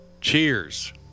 Cheers